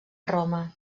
roma